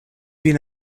vin